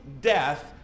death